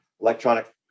electronic